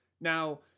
Now